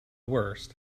worst